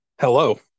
hello